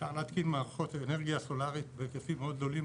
אפשר להתקין מערכות אנרגיה סולרית בהיקפים מאוד גדולים